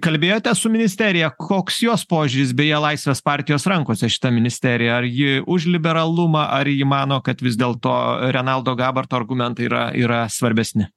kalbėjote su ministerija koks jos požiūris beje laisvės partijos rankose šita ministerija ar ji už liberalumą ar ji mano kad vis dėlto renaldo gabarto argumentai yra yra svarbesni